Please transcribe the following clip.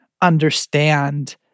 understand